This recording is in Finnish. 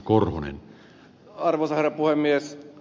arvoisa herra puhemies